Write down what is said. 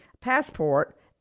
passport